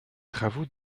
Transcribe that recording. travaux